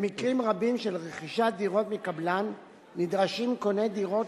במקרים רבים של רכישות דירות מקבלן נדרשים קוני דירות